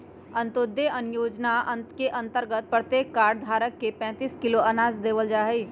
अंत्योदय अन्न योजना के अंतर्गत प्रत्येक कार्ड धारक के पैंतीस किलो अनाज देवल जाहई